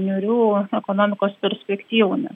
niūrių ekonomikos perspektyvų nes